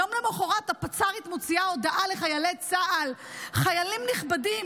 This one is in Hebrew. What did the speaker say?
יום למוחרת הפצ"רית מוציאה הודעה לחיילי צה"ל: חיילים נכבדים,